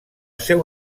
seu